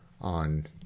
on